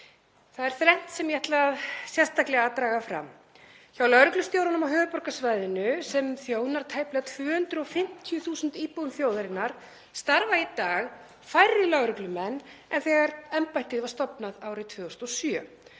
Það er þrennt sem ég ætla sérstaklega að draga fram. Hjá lögreglustjóranum á höfuðborgarsvæðinu, sem þjónar tæplega 250.000 íbúum þjóðarinnar, starfa í dag færri lögreglumenn en þegar embættið var stofnað árið 2007.